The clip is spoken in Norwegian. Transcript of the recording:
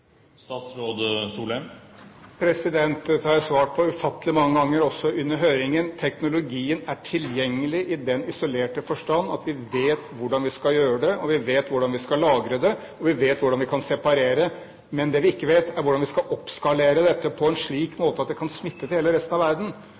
Dette har jeg svart på ufattelig mange ganger, også under høringen. Teknologien er tilgjengelig i den isolerte forstand at vi vet hvordan vil skal gjøre det, vi vet hvordan vi skal lagre det, og vi vet hvordan vi kan separere, men det vi ikke vet, er hvordan vi skal oppskalere dette på en slik